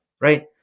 right